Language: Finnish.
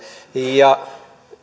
ja